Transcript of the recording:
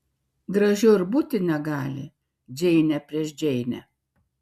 gražiau ir būti negali džeinė prieš džeinę